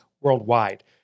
worldwide